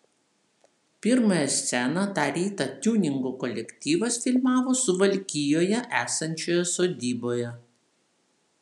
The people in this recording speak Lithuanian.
pirmąją sceną tą rytą tiuningo kolektyvas filmavo suvalkijoje esančioje sodyboje